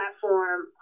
platform